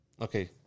Okay